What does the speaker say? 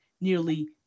nearly